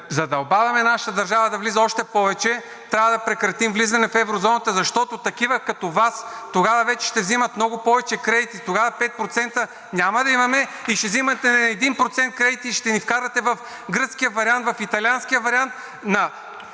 задълбаваме нашата държава да влиза още повече, трябва да прекратим влизане в еврозоната, защото такива като Вас тогава вече ще взимат много повече кредити. Тогава 5% няма да имаме и ще взимате на 1% кредит и ще вкарате в гръцкия вариант, в италианския вариант,